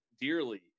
dearly